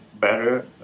better